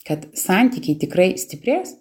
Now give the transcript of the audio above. kad santykiai tikrai stiprės